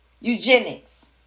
eugenics